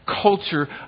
culture